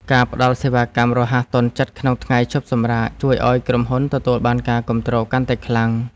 ការផ្តល់សេវាកម្មរហ័សទាន់ចិត្តក្នុងថ្ងៃឈប់សម្រាកជួយឱ្យក្រុមហ៊ុនទទួលបានការគាំទ្រកាន់តែខ្លាំង។